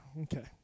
Okay